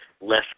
less